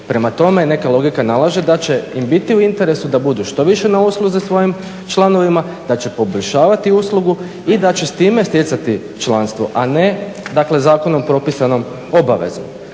Prema tome neka logika nalaže da će im biti u interesu da budu što više na usluzi svojim članovima, da će poboljšavati uslugu i da će s time stjecati članstvo, a ne zakonom propisanom obavezom.